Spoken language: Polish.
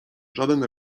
żaden